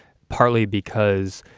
partly because,